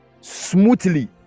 smoothly